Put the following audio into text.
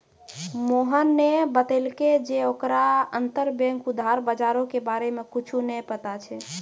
मोहने बतैलकै जे ओकरा अंतरबैंक उधार बजारो के बारे मे कुछु नै पता छै